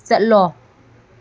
ꯆꯠꯂꯣ